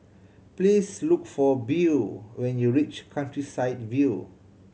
please look for Beau when you reach Countryside View